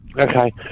Okay